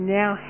now